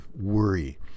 worry